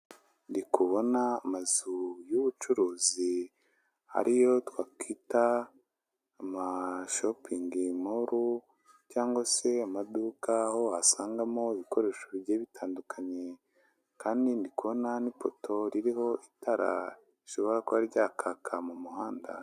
Ndi kubona amazu y'ubucuruzi ari yo twakita amashopingi moru, cyangwa se amaduka aho wasangamo ibikoresho bigiye bitandukanye. Kandi ndi kubona n'ipoto ririho rishobora kuba ryakaka mu muhanda.